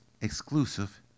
exclusive